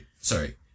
Sorry